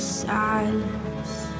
silence